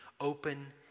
Open